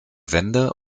wende